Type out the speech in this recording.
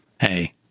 Hey